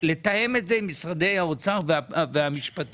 לתאם את זה עם משרדי האוצר והמשפטים.